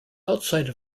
outside